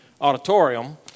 auditorium